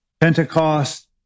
Pentecost